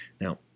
Now